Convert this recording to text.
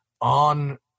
on